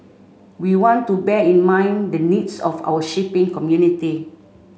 we want to bear in mind the needs of our shipping community